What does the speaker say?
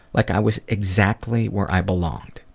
like i was exactly where i belong.